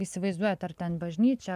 įsivaizduojat ar ten bažnyčią ar